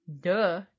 Duh